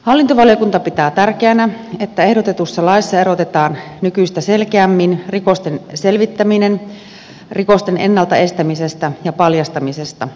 hallintovaliokunta pitää tärkeänä että ehdotetussa laissa erotetaan nykyistä selkeämmin rikosten selvittäminen rikosten ennalta estämisestä ja paljastamisesta